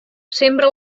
sembra